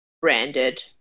branded